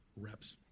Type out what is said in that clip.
reps